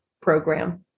program